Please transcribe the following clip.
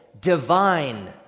divine